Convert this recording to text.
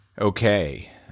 Okay